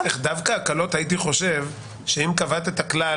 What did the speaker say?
דווקא הקלות הייתי חושב שאם קבעת את הכלל